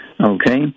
Okay